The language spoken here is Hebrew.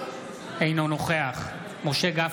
אינו נוכח משה גפני,